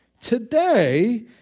today